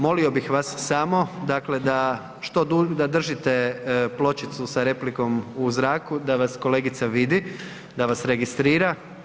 Molio bih vas samo dakle da, što, da držite pločicu sa replikom u zraku da vas kolegica vidi, da vas registrira.